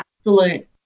absolute